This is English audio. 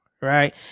Right